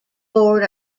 board